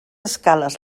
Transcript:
escales